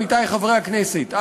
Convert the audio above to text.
עמיתי חברי הכנסת,